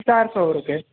चारि सौ रुपए